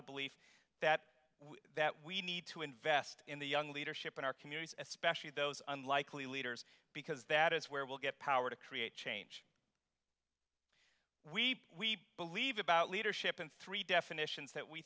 the belief that that we need to invest in the young leadership in our communities especially those unlikely leaders because that is where we'll get power to create change we believe about leadership in three definitions that we